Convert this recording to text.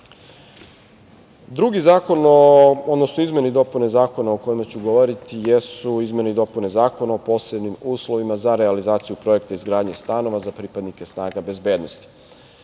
godina. Druge izmene i dopune zakona o kojima ću govoriti jesu izmene i dopune Zakona o posebnim uslovima za realizaciju projekta izgradnje stanova za pripadnike snaga bezbednosti.